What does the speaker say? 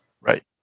Right